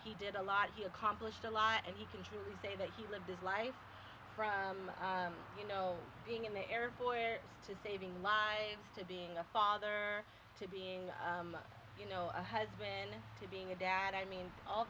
he did a lot he accomplished a lot and you can truly say that he lived his life from you know being in the air boy to saving lives to being a father to being you know a husband to being a dad i mean all